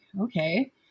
okay